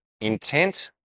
intent